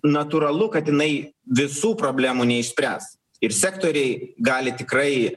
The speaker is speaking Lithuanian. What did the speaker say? natūralu kad jinai visų problemų neišspręs ir sektoriai gali tikrai